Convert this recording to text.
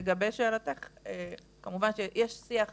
לגבי שאלתך, כמובן שיש שיח